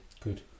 good